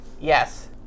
Yes